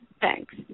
thanks